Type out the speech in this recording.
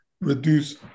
reduce